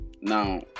Now